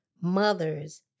mothers